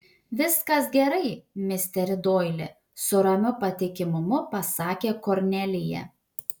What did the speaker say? viskas gerai misteri doili su ramiu patikimumu pasakė kornelija